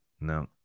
no